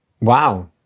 Wow